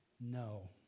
No